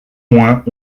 moins